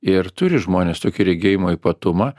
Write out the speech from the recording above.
ir turi žmonės tokį regėjimo ypatumą